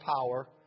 power